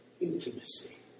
intimacy